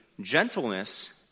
gentleness